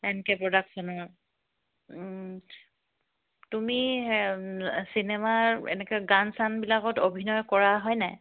N K প্ৰডাকশ্য়নৰ তুমি চিনেমাৰ এনেকৈ গান চানবিলাকত অভিনয় কৰা হয়নে